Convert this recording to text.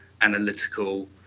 analytical